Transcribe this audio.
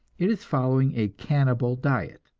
it is following a cannibal diet